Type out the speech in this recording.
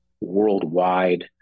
worldwide